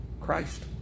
Christ